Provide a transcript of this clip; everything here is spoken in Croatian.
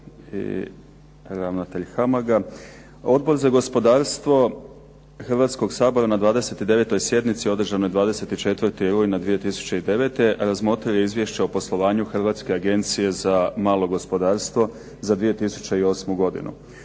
Odbor za gospodarstvo Hrvatskoga sabora na 29. sjednici održanoj 24. rujna 2009. razmotrio je Izvješće o poslovanju Hrvatske agencije za malo gospodarstvo za 2008. godinu.